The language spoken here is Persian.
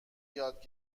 یاد